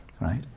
right